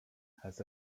has